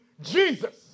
Jesus